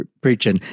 preaching